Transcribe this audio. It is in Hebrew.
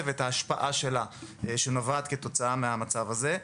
ואת ההשפעה שלה שנובעת כתוצאה מהמצב הזה,